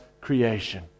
creation